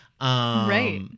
right